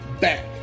back